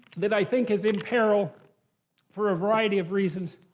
that i think is in peril for a variety of reasons.